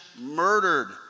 murdered